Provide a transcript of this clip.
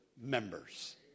members